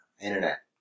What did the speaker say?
Internet